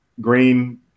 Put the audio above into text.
Green